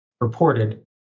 reported